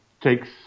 takes